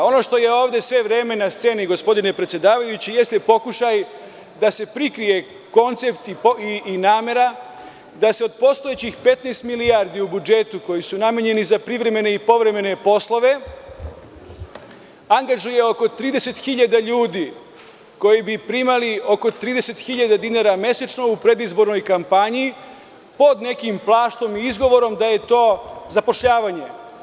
Ono što je ovde sve vreme na sceni, gospodine predsedavajući, jeste pokušaj da se prikrije koncept i namera da se od postojećih 15 milijardi u budžetu koji su namenjeni za privremene i povremene poslove, angažuje oko 30 hiljada ljudi koji bi primali oko 30.000 dinara mesečno u predizbornoj kampanji, pod nekim plaštom i izgovorom da je to zapošljavanje.